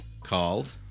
Called